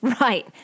Right